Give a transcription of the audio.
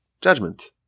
judgment